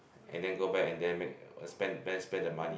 and then go back and then make uh spend then spend the money